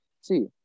see